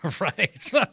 Right